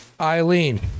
Eileen